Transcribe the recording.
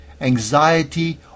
anxiety